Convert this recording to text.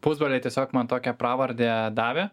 pusbroliai tiesiog man tokią pravardę davė